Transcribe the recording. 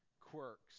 quirks